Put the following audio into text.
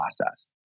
process